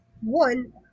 One